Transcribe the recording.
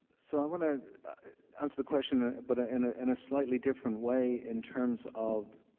so i wanna answer the question but ah in ah in a slightly different way in terms of